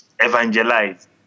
evangelize